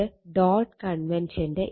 ഇത് ഡോട്ട് കൺവെൻഷന്റെ